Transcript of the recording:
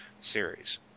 series